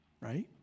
right